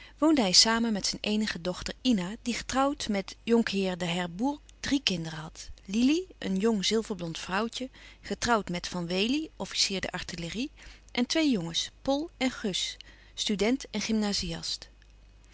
woonde hij samen met zijn eenige dochter ina die getrouwd met jhr d'herbourg drie kinderen had lili een jong zilverblond vrouwtje getrouwd met van wely officier der artillerie en twee jongens pol en gus student en